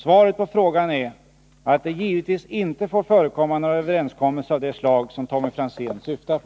Svaret på frågan är att det givetvis inte får förekomma några överenskommelser av det slag som Tommy Franzén syftar på.